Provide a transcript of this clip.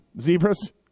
zebras